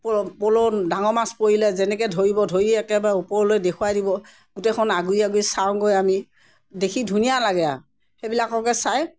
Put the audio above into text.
পলত ডাঙৰ মাছ পৰিলে যেনেকৈ ধৰিব ধৰি একেবাৰে ওপৰলৈ দেখুৱাই দিব গোটেইখন আগুৰি আগুৰি চাওঁগৈ আমি দেখি ধুনীয়া লাগে আৰু সেইবিলাককে চাই